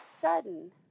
sudden